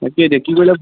তাকে